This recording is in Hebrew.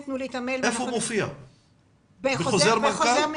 בחוזר מנכ"ל.